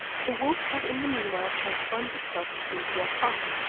the wolf had in the meanwhile transformed itself into a cock,